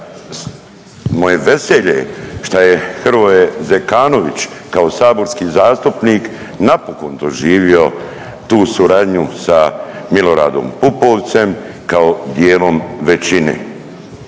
moje veselje je šta je Hrvoje Zekanović kao saborski zastupnik napokon doživio tu suradnju sa Miloradom Pupovcem kao dijelom većine.